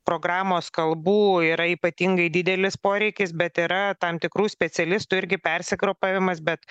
programos kalbų yra ypatingai didelis poreikis bet yra tam tikrų specialistų irgi persigrupavimas bet